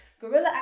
guerrilla